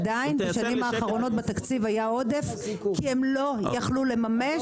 עדיין בשנים האחרונות היה עודף בתקציב כי הם לא יכלו לממש.